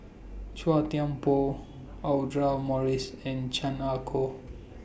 Chua Thian Poh Audra Morrice and Chan Ah Kow